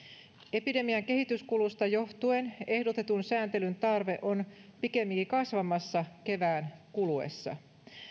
epidemian kehityskulusta johtuen ehdotetun sääntelyn tarve on pikemminkin kasvamassa kevään kuluessa